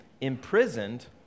imprisoned